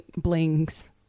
blings